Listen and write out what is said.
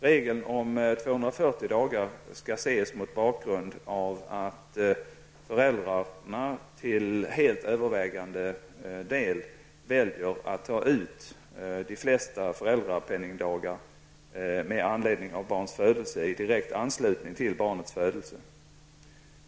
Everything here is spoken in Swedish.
Regeln om 240 dagar skall ses mot bakgrund av att föräldrar till helt övervägande del väljer att ta ut de flesta föräldrapenningdagarna med anledning av barns födelse i direkt anslutning till barnets födelse.